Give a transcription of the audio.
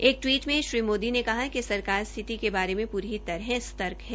एक टिवीट में श्री मोदी ने कहा कि सरकार स्थिति के बारे में पूरी तरह सर्तक है